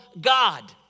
God